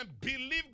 believe